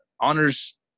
honors